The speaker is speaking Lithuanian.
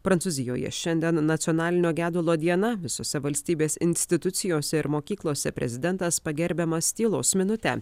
prancūzijoje šiandien nacionalinio gedulo diena visose valstybės institucijose ir mokyklose prezidentas pagerbiamas tylos minute